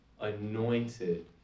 anointed